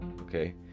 okay